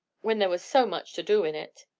when there was so much to do in it.